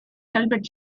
herbert